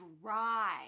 dry